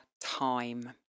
time